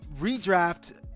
Redraft